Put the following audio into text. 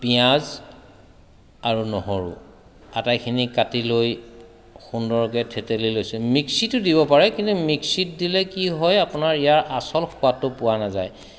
পিঁয়াজ আৰু নহৰু আটাইখিনি কাটি লৈ সুন্দৰকে থেতালি লৈছোঁ মিক্সিটো দিব পাৰে কিন্তু মিক্সিত দিলে কি হয় আপোনাৰ ইয়াৰ আচল সোৱাদটো পোৱা নাযায়